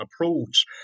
approach